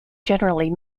generally